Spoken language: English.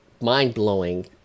mind-blowing